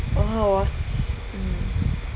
oh s~ mm